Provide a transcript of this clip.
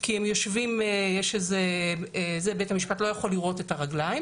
כי הם יושבים ובית המשפט לא יכול לראות את הרגליים